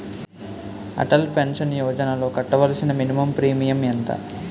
Atal pension యోజనలో కట్టవలసిన minimum premium ఎంత?